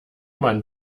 man